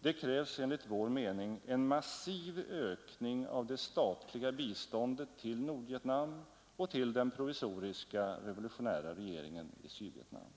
Det krävs enligt vår mening en massiv ökning av det statliga biståndet till Nordvietnam och till den provisoriska revolutionära regeringen i Sydvietnam.